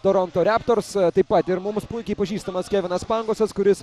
toronto raptors taip pat ir mums puikiai pažįstamas kevinas pangosas kuris